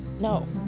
no